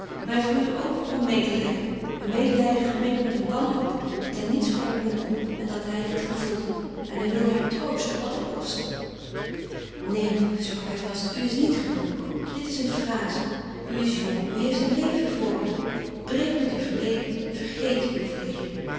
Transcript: hij vloeide over van medelijden een medelijden gemengd met een wanhoop dat hij niets voor haar doen kon en dat hij dit gevoelde en hij wilde haar troosten wat het kostte neen sprak hij vast u is niet gebroken dat is een fraze u is jong u heeft een leven voor u breek met uw verleden vergeet uw verleden